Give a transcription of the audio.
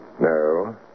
No